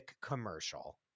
commercial